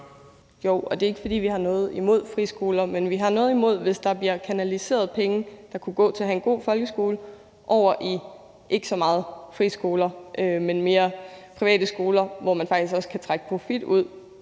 Jo, og det er ikke, fordi vi har noget imod friskoler, men vi har noget mod det, hvis der bliver kanaliseret penge, der kunne gå til at have en god folkeskole, over i mere private skoler – altså det er ikke så meget friskoler – hvor man faktisk også kan trække profit ud.